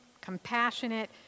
compassionate